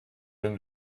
been